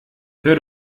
hör